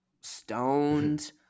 stoned